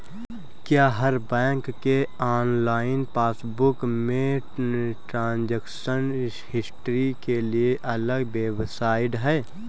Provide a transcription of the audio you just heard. क्या हर बैंक के ऑनलाइन पासबुक में ट्रांजेक्शन हिस्ट्री के लिए अलग वेबसाइट है?